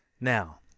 Now